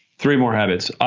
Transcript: three more habits.